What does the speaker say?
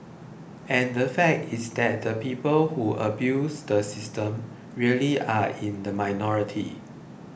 and the fact is that the people who abuse the system really are in the minority